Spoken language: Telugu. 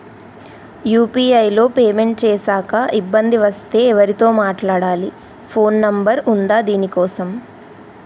యూ.పీ.ఐ లో పేమెంట్ చేశాక ఇబ్బంది వస్తే ఎవరితో మాట్లాడాలి? ఫోన్ నంబర్ ఉందా దీనికోసం?